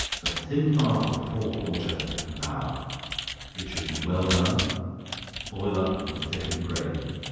the thin part of the fore-quarter an hour it should be well done boil up and thicken the gravy.